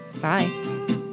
Bye